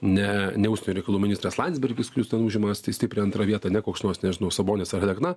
ne ne užsienio reikalų ministras landsbergis kuris ten užima stiprią antrą vietą ne koks nors nežinau sabonis ar alekna